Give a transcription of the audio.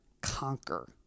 conquer